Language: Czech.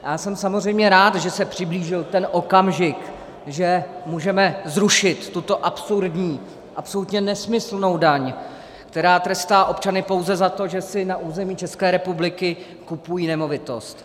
Já jsem samozřejmě rád, že se přiblížil ten okamžik, že můžeme zrušit tuto absurdní, absolutně nesmyslnou daň, která trestá občany pouze za to, že si na území České republiky kupují nemovitost.